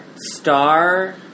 star